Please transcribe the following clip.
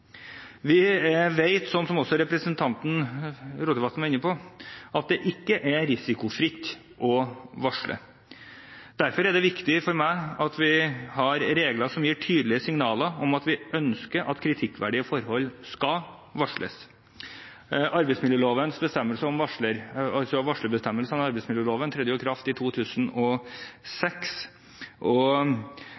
Vi vet, som også representanten Rotevatn var inne på, at det ikke er risikofritt å varsle. Derfor er det viktig for meg at vi har regler som gir tydelige signaler om at vi ønsker at kritikkverdige forhold skal varsles. Varslerbestemmelsen i arbeidsmiljøloven trådte i kraft i 2006, og det ble foretatt en bred evaluering i